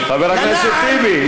חבר הכנסת טיבי,